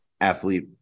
athlete